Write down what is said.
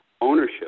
Ownership